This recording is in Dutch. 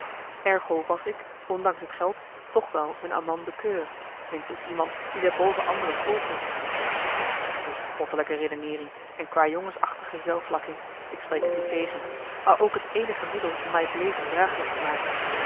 ergo was ik ondanks het geld toch wel een amant de coeur minstens iemand die zij boven anderen voortrok bespottelijke redeneering en kwajongensachtige zelfmarcellus emants een nagelaten bekentenis lakking ik spreek t niet tegen maar ook het eenige middel om mij het leven dragelijk te maken